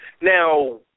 Now